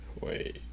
wait